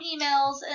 emails